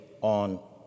on